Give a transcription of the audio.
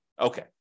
Okay